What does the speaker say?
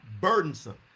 burdensome